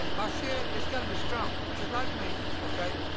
but shed it's gotta be strong, just like me, okay?